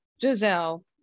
Giselle